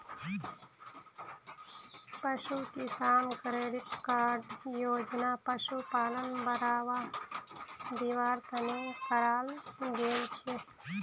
पशु किसान credit card योजना पशुपालनक बढ़ावा दिवार तने कराल गेल छे